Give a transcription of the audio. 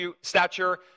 stature